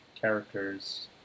characters